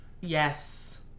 Yes